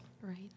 Right